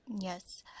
yes